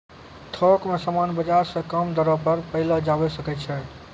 थोक मे समान बाजार से कम दरो पर पयलो जावै सकै छै